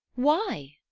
why?